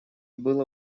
было